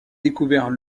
découvert